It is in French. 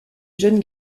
jeune